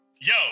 Yo